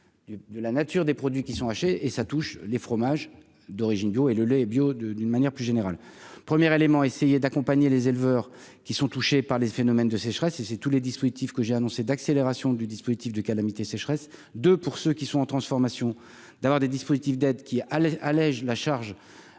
de la nature des produits qui sont âgés et ça touche les fromages d'origine bio et le lait bio de d'une manière plus générale première éléments essayer d'accompagner les éleveurs qui sont touchés par les phénomènes de sécheresse et c'est tous les dispositifs que j'ai annoncé d'accélération du dispositif de calamité sécheresse de pour ceux qui sont en transformation, d'avoir des dispositifs d'aide qui allège la charge